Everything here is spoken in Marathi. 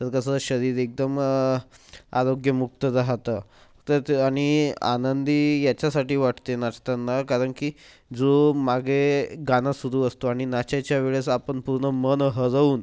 तर कसं शरीर एकदम आरोग्यमुक्त राहतं तर ते आणि आनंदी याच्यासाठी वाटते नाचताना कारण की जो मागे गाणं सुरू असतो आणि नाचायच्या वेळेस आपण पूर्ण मन हरवून